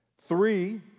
Three